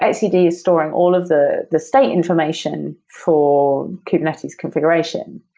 etcd is storing all of the the state information for kubernetes configuration,